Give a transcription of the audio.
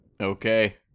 Okay